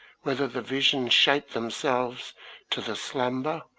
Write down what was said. whether the visions shape themselves to the slumberer,